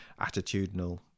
Attitudinal